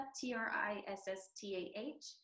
T-R-I-S-S-T-A-H